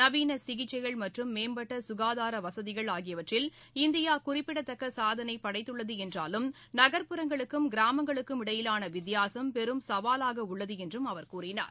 நவீன சிகிச்சைகள் மற்றும் மேம்பட்ட சுகாதார வசதிகள் ஆகிவற்றில் இந்தியா குறிப்பிடத்தக்க சாதளை படைத்துள்ளது என்றாலும் நகர்புறங்களுக்கும் கிராமங்களுக்கும் இடையேயான வித்தியாசம் பெரும் சவாலாக உள்ளது என்றும் அவர் கூறினார்